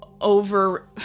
over